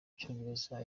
cyongereza